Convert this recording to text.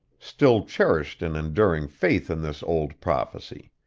still cherished an enduring faith in this old prophecy.